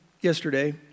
yesterday